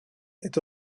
est